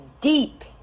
deep